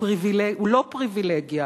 לא פריווילגיה,